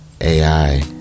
AI